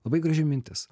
labai graži mintis